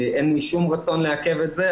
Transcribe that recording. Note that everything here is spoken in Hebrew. אין לי שום רצון לעכב את זה,